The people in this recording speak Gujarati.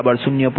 06 p